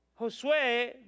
Josué